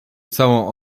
całą